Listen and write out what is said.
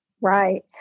right